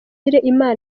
imana